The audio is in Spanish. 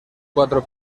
cuatro